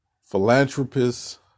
philanthropist